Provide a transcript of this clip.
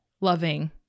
loving